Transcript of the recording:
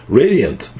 radiant